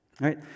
right